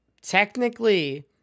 technically